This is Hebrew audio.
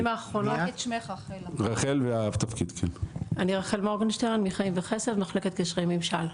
אני רחל מורגנשטיין מחיים וחסד, מחלקת קשרי ממשל.